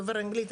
דובר אנגלית,